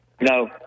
No